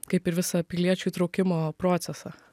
kaip ir visą piliečių įtraukimo procesą